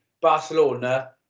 Barcelona